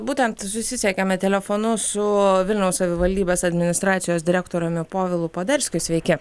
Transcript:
būtent susisiekėme telefonu su vilniaus savivaldybės administracijos direktoriumi povilu poderskiu sveiki